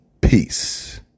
Peace